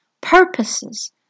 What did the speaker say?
purposes